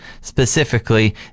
specifically